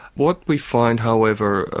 what we find however.